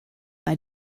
bei